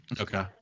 Okay